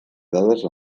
dades